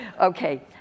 Okay